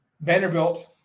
Vanderbilt